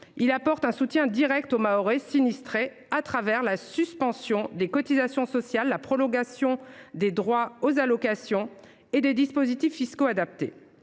il apporte un soutien direct aux Mahorais sinistrés par la suspension des cotisations sociales, la prolongation des droits aux allocations et des dispositifs fiscaux adaptés.